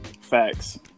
Facts